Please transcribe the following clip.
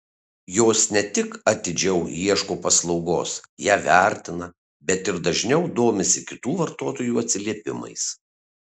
jos ne tik atidžiau ieško paslaugos ją vertina bet ir dažniau domisi kitų vartotojų atsiliepimais